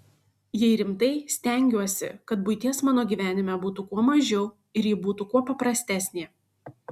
jei rimtai stengiuosi kad buities mano gyvenime būtų kuo mažiau ir ji būtų kuo paprastesnė